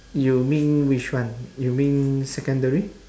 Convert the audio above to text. you mean which one you mean secondary